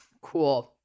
Cool